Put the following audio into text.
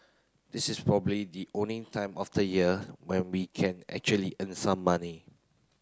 this is probably the only time of the year when we can actually earn some money